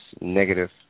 negative